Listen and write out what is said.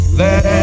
let